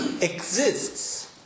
exists